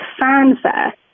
fanfare